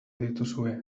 dituzue